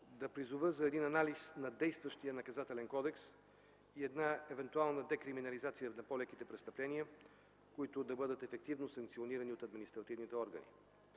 да призова за анализ на действащия Наказателен кодекс и една евентуална декриминализация на по-леките престъпления, които да бъдат ефективно санкционирани от административните органи.